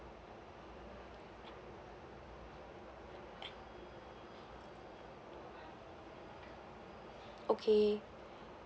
okay